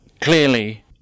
clearly